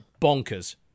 bonkers